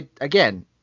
again